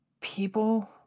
people